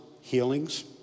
healings